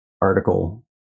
article